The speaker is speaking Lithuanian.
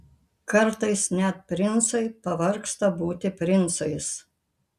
kartais net princai pavargsta būti princais